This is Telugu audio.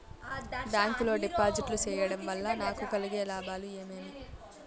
బ్యాంకు లో డిపాజిట్లు సేయడం వల్ల నాకు కలిగే లాభాలు ఏమేమి?